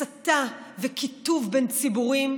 הסתה וקיטוב בין ציבורים?